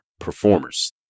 performers